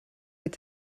mit